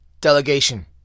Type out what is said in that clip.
Delegation